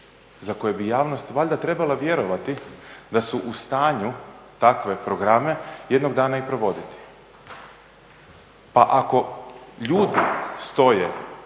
za koje bi javnost valjda trebala vjerovati da su u stanju takve programe jednog dana i provoditi. Pa ako ljudi stoje